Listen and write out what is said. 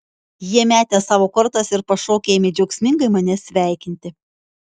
jie metė savo kortas ir pašokę ėmė džiaugsmingai mane sveikinti